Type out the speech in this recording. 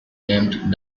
named